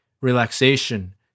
relaxation